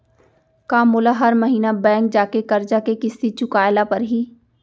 का मोला हर महीना बैंक जाके करजा के किस्ती चुकाए ल परहि?